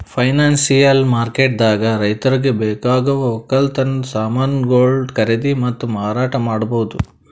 financial ಮಾರ್ಕೆಟ್ದಾಗ್ ರೈತರಿಗ್ ಬೇಕಾಗವ್ ವಕ್ಕಲತನ್ ಸಮಾನ್ಗೊಳು ಖರೀದಿ ಮತ್ತ್ ಮಾರಾಟ್ ಮಾಡ್ಬಹುದ್